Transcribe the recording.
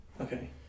Okay